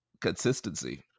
consistency